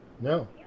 No